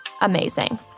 Amazing